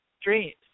dreams